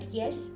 yes